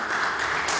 Hvala.